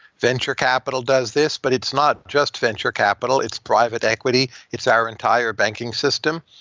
venture capital does this, but it's not just venture capital, it's private equity, it's our entire banking system.